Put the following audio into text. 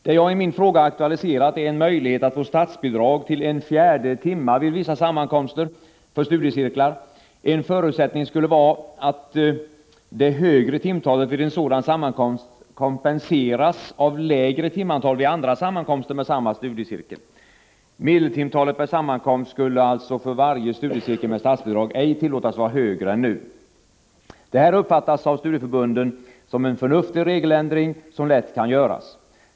Det jag i min fråga aktualiserat är en möjlighet att få statsbidrag till en fjärde timme vid vissa sammankomster för studiecirklar. En förutsättning skulle vara att det högre timtalet vid en sådan sammankomst ”kompenseras” av lägre timantal vid andra sammankomster med samma studiecirkel. Medeltimtalet per sammankomst skulle alltså för varje studiecirkel med statsbidrag ej tillåtas vara större än nu. Det här uppfattas i studieförbunden som en förnuftig regeländring, som lätt kan göras.